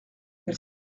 elle